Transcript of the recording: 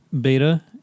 beta